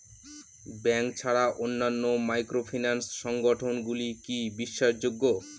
Bank ছাড়া অন্যান্য microfinance সংগঠন গুলি কি বিশ্বাসযোগ্য?